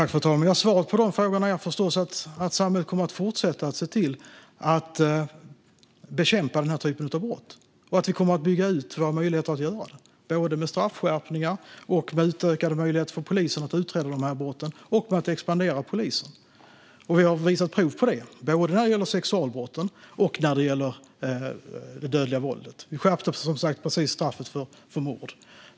Fru talman! Svaret på de frågorna är förstås att samhället kommer att fortsätta att se till att bekämpa den här typen av brott och att vi kommer att bygga ut våra möjligheter att göra det, både med straffskärpningar, med utökade möjligheter för polisen att utreda brotten och med att expandera polisen. Vi har visat prov på det både när det gäller sexualbrotten och när det gäller det dödliga våldet. Vi skärpte som sagt precis straffet för mord.